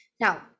Now